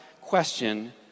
question